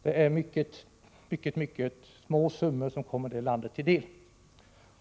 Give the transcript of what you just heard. Det är mycket små summor som kommer Etiopien till del.